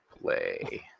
play